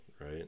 right